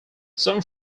some